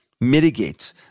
mitigate